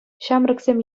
ҫамрӑксем